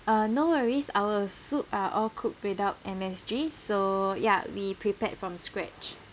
uh no worries our soup are all cooked without M_S_G so ya we prepared from scratch